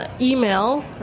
Email